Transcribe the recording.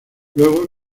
luego